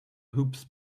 hoops